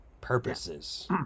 purposes